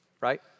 right